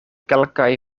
kelkaj